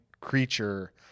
creature